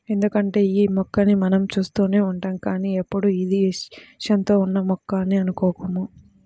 ఎందుకంటే యీ మొక్కని మనం చూస్తూనే ఉంటాం కానీ ఎప్పుడూ ఇది విషంతో ఉన్న మొక్క అని అనుకోము